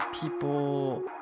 people